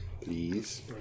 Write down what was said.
please